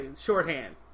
shorthand